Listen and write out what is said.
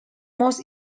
most